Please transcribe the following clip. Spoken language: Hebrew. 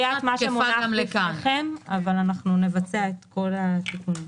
אנחנו נכניס את כל התיקונים.